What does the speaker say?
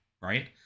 right